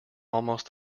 almost